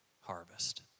harvest